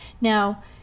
Now